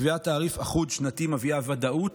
קביעת תעריף אחוד שנתי מביאה ודאות,